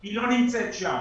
היא לא נמצאת שם.